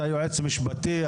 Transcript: אתה יועץ משפטי,